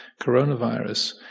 coronavirus